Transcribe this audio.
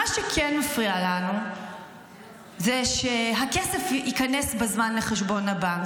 מה שכן מפריע לנו זה שהכסף ייכנס בזמן לחשבון הבנק.